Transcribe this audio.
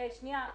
שנייה.